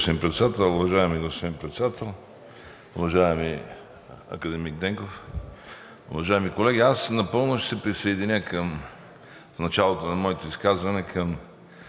Аз напълно ще се присъединя в началото на моето изказване към